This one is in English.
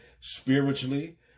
spiritually